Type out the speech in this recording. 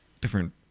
different